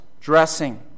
dressing